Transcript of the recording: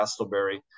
Castleberry